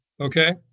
okay